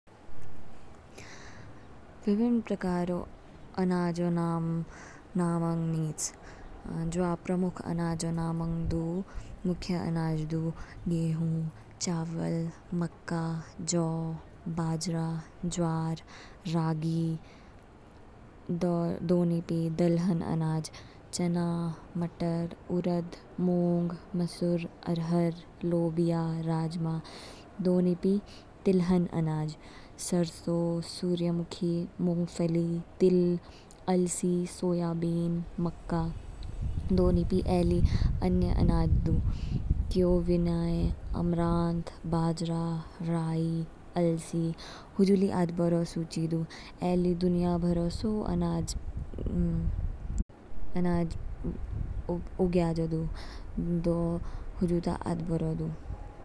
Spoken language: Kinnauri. विभिन्न प्रकारों अनाजो नामङ नीच, ज्वा प्रमुख प्रकारों अनाजो नामंग दू। मुख्य अनाज दु गेहूँ, चावल, मक्का, जौ, बाजरा, ज्वार, रागि। दो निपी दलहन अनाज चना, मटर, उरत ,मूंग, मसर, अरहर, लोबिया, राजमाह। दो निपी तिलहन अनाज, सरसों, सूर्यमुखी, मूंगफली, तिल, अलसी, सोयाबिन, मक्का। दो निपी ए ली अन्य अनाज दू कोविनाय, अमरांत, बाजरा, राई, अलसी हुजु ली अदबोरो सूची दू। ए ली दुनिया भरो सो अनाज उग्याआज़ो दू दो हुजु ता अदबोरो दू।